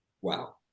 wow